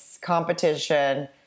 competition